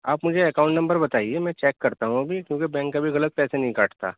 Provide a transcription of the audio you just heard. آپ مجھے account number بتائیے میں چیک کرتا ہوں ابھی کیوںکہ بینک کبھی غلط پیسے نہیں کاٹتا